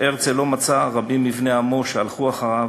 והרצל לא מצא רבים מבני עמו שהלכו אחריו.